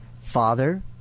Father